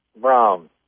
Brown